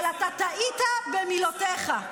אבל אתה טעית במילותיך.